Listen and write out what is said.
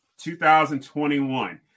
2021